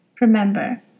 Remember